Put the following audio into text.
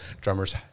drummers